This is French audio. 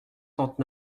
trente